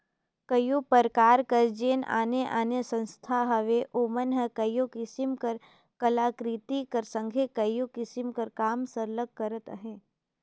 कइयो परकार कर जेन आने आने संस्था हवें ओमन हर कइयो किसिम कर कलाकृति कर संघे कइयो किसिम कर काम सरलग करत अहें